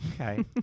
Okay